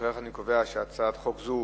לפיכך, אני קובע שהצעת חוק זו